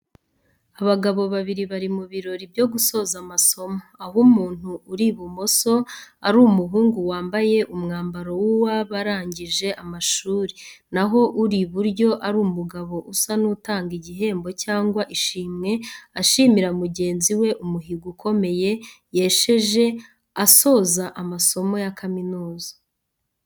Abagabo babiri bari mu birori byo gusoza amasomo, aho umuntu uri ibumoso ari umuhungu wambaye umwambaro w’abarangije amashuri, na ho uri iburyo ari umugabo usa n'utanga igihembo cyangwa ishimwe ashimira mugenzi we umuhigo ukomeye yesheje asoza amasomo ya kaminuza.